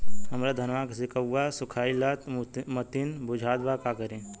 हमरे धनवा के सीक्कउआ सुखइला मतीन बुझात बा का करीं?